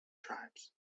tribes